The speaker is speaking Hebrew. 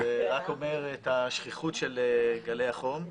זה רק אומר את השכיחות של גלי החום.